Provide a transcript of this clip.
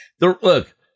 Look